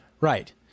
Right